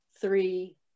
three